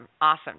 awesome